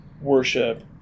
worship